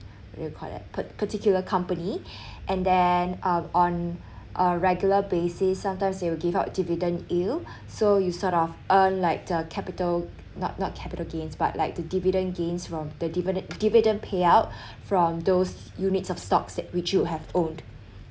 what you call that particular company and then um on a regular basis sometimes they will give out dividend yield so you sort of earn like the capital not not capital gains but like the dividend gains from the dividend dividend payout from those units of stocks at which you have owned